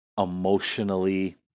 emotionally